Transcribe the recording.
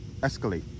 escalate